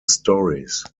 stories